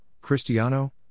Cristiano